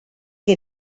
que